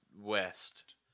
west